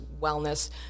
wellness